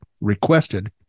requested